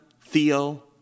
Theo